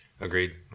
Agreed